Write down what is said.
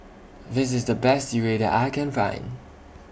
This IS The Best Sireh that I Can Find